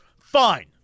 fine